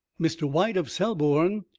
mr. white, of selborne,